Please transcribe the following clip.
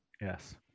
yes